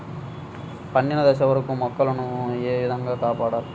పండిన దశ వరకు మొక్కల ను ఏ విధంగా కాపాడాలి?